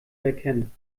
erkennen